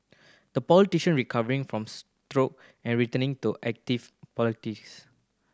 the politician recovering from stroke and returning to active politics